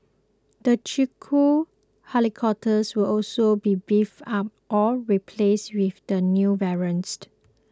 the Chinook helicopters will also be beefed up or replaced with the new variants